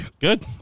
Good